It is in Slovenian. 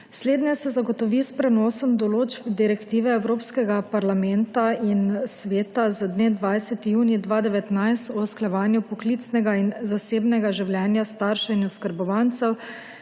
Slednje se zagotovi s prenosom določb direktive Evropskega parlamenta in sveta z dne 20. julij 2019, o usklajevanju poklicnega in zasebnega življenja staršev in oskrbovancev,